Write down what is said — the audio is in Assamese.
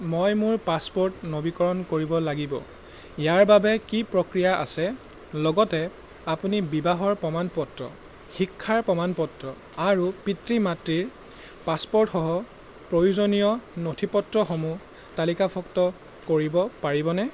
মই মোৰ পাছপোৰ্ট নৱীকৰণ কৰিব লাগিব ইয়াৰ বাবে কি প্ৰক্ৰিয়া আছে লগতে আপুনি বিবাহৰ প্ৰমাণপত্ৰ শিক্ষাৰ প্ৰমাণপত্ৰ আৰু পিতৃ মাতৃৰ পাছপ'ৰ্টসহ প্ৰয়োজনীয় নথিপত্ৰসমূহ তালিকাভুক্ত কৰিব পাৰিবনে